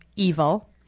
evil